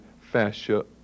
fascia